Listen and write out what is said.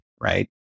Right